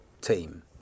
team